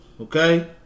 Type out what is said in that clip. Okay